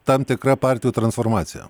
tam tikra partijų transformacija